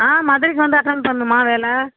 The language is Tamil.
ஆ மதுரைக்கு வந்து அட்டன் பண்ணணும்மா வேலை